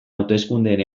hauteskundeen